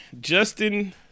Justin